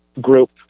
group